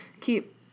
keep